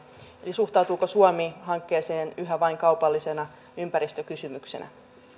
suhtautuuko suomi hankkeeseen yhä vain kaupallisena ympäristökysymyksenä